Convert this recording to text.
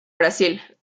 brasil